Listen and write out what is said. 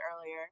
earlier